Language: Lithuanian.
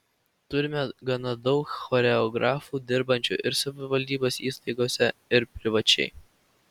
turime gana daug choreografų dirbančių ir savivaldybės įstaigose ir privačiai